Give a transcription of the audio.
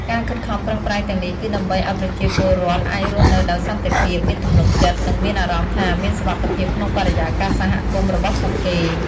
ការខិតខំប្រឹងប្រែងទាំងនេះគឺដើម្បីឲ្យប្រជាពលរដ្ឋអាចរស់នៅដោយសន្តិភាព មានទំនុកចិត្ត និងមានអារម្មណ៍ថាមានសុវត្ថិភាពក្នុងបរិយាកាសសហគមន៍របស់ពួកគេ។